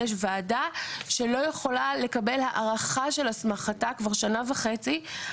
יש וועדה שלא יכולה לקבל הארכה של הסמכתה כבר שנה וחצי.